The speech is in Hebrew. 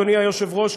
אדוני היושב-ראש,